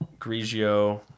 Grigio